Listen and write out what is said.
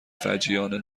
فجیعانه